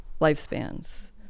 lifespans